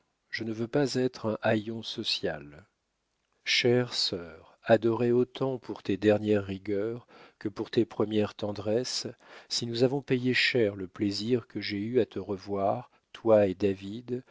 je ne veux pas être un haillon social chère sœur adorée autant pour tes dernières rigueurs que pour tes premières tendresses si nous avons payé cher le plaisir que j'ai eu à te revoir toi et david